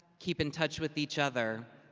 keep in touch with each other.